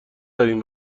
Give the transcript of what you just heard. داریم